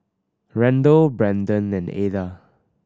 Randle Branden and Ada